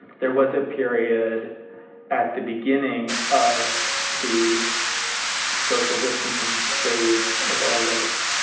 there was a period at the beginning of the social distancing phase of all this